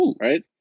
Right